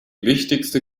wichtigste